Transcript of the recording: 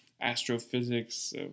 astrophysics